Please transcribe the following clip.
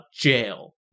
jail